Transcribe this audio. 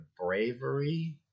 bravery